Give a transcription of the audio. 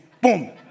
Boom